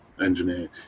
engineer